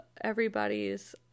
Everybody's